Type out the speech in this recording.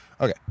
okay